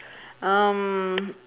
um